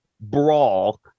brawl